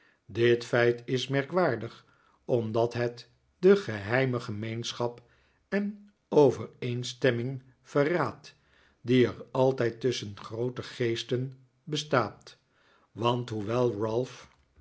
dit feit is merkwaardig omdat het de geheime gemeenschap en overeenstemming verraadt die er altijd tusschen groote geesten bestaat want hoewel ralph